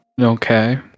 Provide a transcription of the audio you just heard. Okay